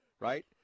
right